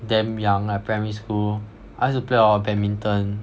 damn young like primary school I used to play a lot of badminton